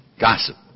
Gossip